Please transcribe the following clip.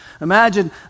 Imagine